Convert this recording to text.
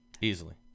Easily